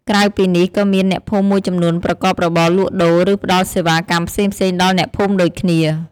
ក្រៅពីនេះ ក៏មានអ្នកភូមិមួយចំនួនប្រកបរបរលក់ដូរ ឬផ្តល់សេវាកម្មផ្សេងៗដល់អ្នកភូមិដូចគ្នា។